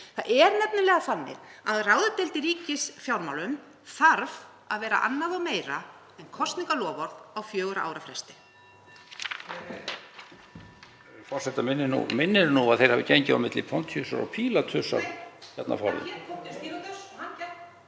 Það er nefnilega þannig að ráðdeild í ríkisfjármálum þarf að vera annað og meira en kosningaloforð á fjögurra ára fresti.